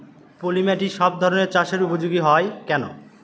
পলিমাটি সব ধরনের চাষের উপযোগী হয় কেন?